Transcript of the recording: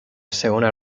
segona